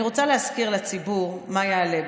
אני רוצה להזכיר לציבור מה יעלה בידו: